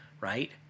right